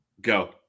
go